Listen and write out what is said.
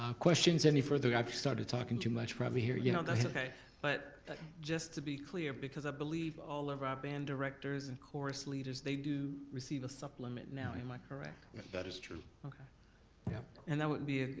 ah questions, any further, i've started talkin' too much probably here you know that's okay but just to be clear, because i believe all of our band directors and chorus leaders, they do receive a supplement now, am i correct? but that is true. yeah and that wouldn't be,